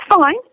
fine